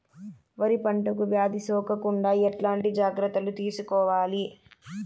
వరి పంటకు వ్యాధి సోకకుండా ఎట్లాంటి జాగ్రత్తలు తీసుకోవాలి?